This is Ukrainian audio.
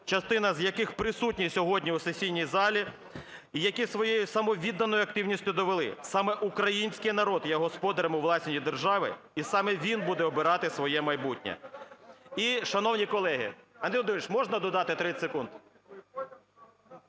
частина з яких присутня сьогодні у сесійній залі і які своєю самовідданою активністю довели: саме український народ є господарем у власній державі і саме він буде обирати своє майбутнє. І, шановні колеги… Андрій Володимирович, можна додати 30 секунд?